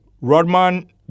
Rodman